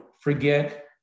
forget